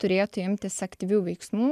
turėtų imtis aktyvių veiksmų